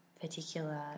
particular